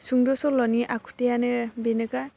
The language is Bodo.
सुंद' सल'नि आखुथाइआनो बेनोखा